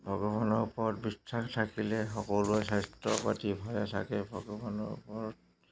ভগৱানৰ ওপৰত বিশ্বাস থাকিলে সকলোৰে স্বাস্থ্য পাতি ভয় থাকে ভগৱানৰ ওপৰত